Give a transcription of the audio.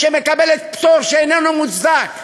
שמקבלת פטור שאינו מוצדק.